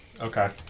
Okay